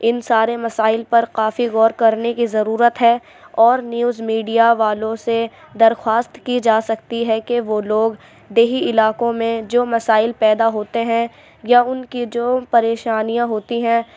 ان سارے مسائل پر کافی غور کرنے کی ضرورت ہے اور نیوز میڈیا والوں سے درخواست کی جا سکتی ہے کہ وہ لوگ دیہی علاقوں میں جو مسائل پیدا ہوتے ہیں یا ان کی جو پریشانیاں ہوتی ہیں